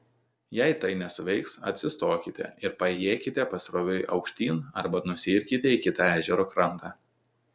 jei tai nesuveiks atsistokite ir paėjėkite pasroviui aukštyn arba nusiirkite į kitą ežero krantą